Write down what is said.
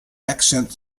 accent